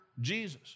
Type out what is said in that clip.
Jesus